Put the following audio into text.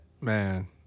Man